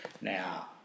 now